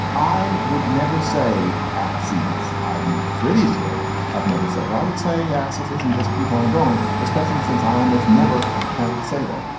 i would never say axes. i'm pretty sure i've never said it. i would say axis isn't just keep on going, especially since i almost never have to say that.